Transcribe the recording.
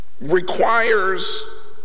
requires